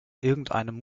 irgendeinem